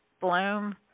bloom